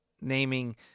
naming